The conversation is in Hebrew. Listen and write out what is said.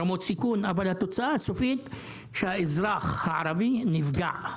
רמות סיכון אבל התוצאה הסופית היא שהאזרח הערבי נפגע,